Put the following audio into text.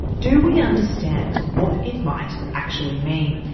do we understand what it might actually mean?